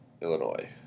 Illinois